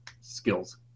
skills